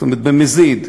במזיד,